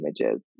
images